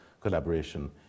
collaboration